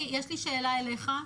שי, יש לי שאלה אליך: